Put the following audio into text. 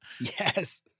Yes